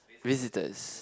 visitors